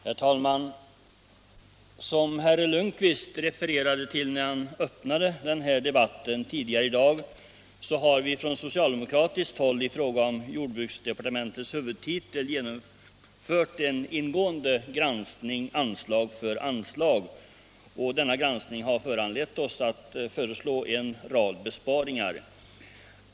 Herr talman! Som herr Lundkvist refererade till när han öppnade den här debatten tidigare i dag har vi från socialdemokratiskt håll i fråga om jordbruksdepartementets huvudtitel genomfört en ingående granskning anslag för anslag. Denna granskning har föranlett oss att föreslå en rad besparingar.